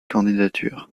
candidature